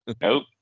Nope